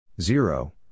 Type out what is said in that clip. Zero